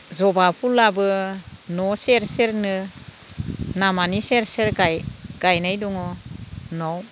जबा फुलआबो न' सेर सेरनो लामानि सेर सेर गायनाय दङ न'आव